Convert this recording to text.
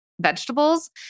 vegetables